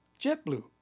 JetBlue